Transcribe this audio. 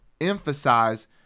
emphasize